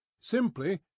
Simply